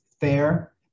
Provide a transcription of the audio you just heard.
fair